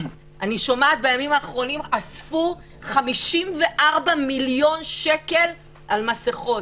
אני שומעת בימים האחרונים שאספו 54 מיליון שקל על מסכות.